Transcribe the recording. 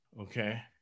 Okay